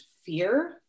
fear